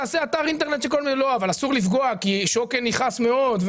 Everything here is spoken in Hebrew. אבל אסור לפגוע כי שוקן יכעס מאוד,